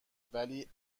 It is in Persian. ولی